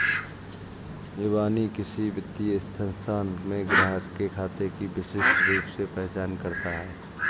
इबानी किसी वित्तीय संस्थान में ग्राहक के खाते की विशिष्ट रूप से पहचान करता है